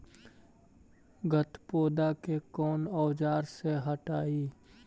गत्पोदा के कौन औजार से हटायी?